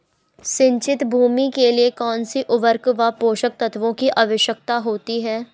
सिंचित भूमि के लिए कौन सी उर्वरक व पोषक तत्वों की आवश्यकता होती है?